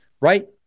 right